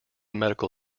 medical